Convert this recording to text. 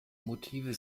motive